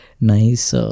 nice